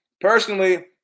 personally